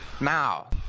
Now